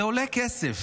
זה עולה כסף.